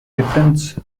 difference